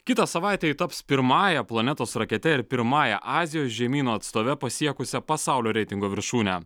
kitą savaitę ji taps pirmąja planetos rakete ir pirmąja azijos žemyno atstove pasiekusia pasaulio reitingo viršūnę